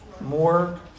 more